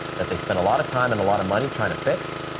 that they spend a lot of time and a lot of money trying to fix,